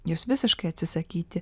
jos visiškai atsisakyti